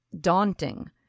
daunting